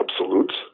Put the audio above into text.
absolutes